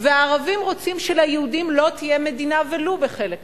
והערבים רוצים שליהודים לא תהיה מדינה ולו גם בחלק קטן.